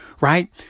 right